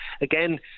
again